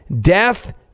death